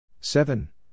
Seven